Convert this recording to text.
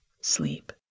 sleep